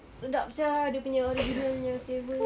sedap sia dia punya original punya flavour